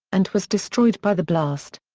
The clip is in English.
and was destroyed by the blast.